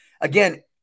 Again